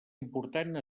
important